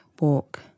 walk